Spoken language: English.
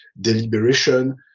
deliberation